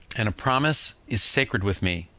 and a promise is sacred with me,